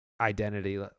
identity